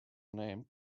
named